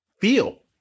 feel